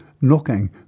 knocking